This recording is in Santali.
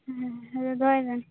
ᱦᱮᱻ ᱦᱮ ᱫᱚᱦᱚᱭᱵᱮᱱ